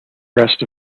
rest